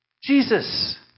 Jesus